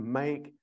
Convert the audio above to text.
make